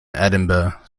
edinburgh